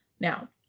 Now